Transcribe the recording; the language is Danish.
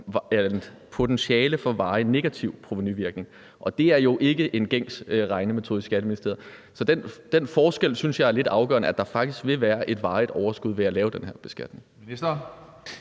potentiale for en varig negativ provenuvirkning, og det er jo ikke en gængs regnemetode i Skatteministeriet. Så den forskel synes jeg er lidt afgørende, altså at der faktisk vil være et varigt overskud ved at lave den her beskatning.